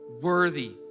worthy